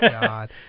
God